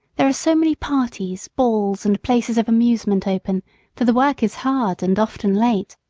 there are so many parties, balls, and places of amusement open that the work is hard and often late.